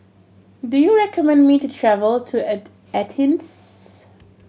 do you recommend me to travel to Athens